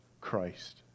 Christ